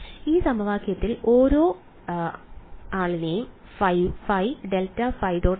ഈ സമവാക്യത്തിൽ ഞാൻ ഇവനെയും ഇയാളെയും ϕ ∇ϕ